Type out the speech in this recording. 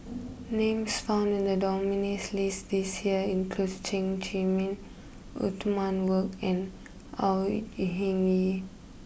names found in the nominees' list this year includes Chen Zhiming Othman Wok and Au Ying E Hing Yee